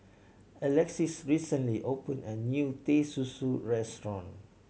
Alexis recently opened a new Teh Susu restaurant